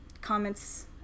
comments